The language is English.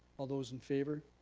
all those in favour?